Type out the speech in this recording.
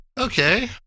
Okay